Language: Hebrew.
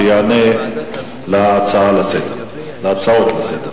שיענה על ההצעות לסדר-היום.